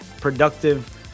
productive